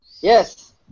Yes